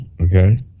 Okay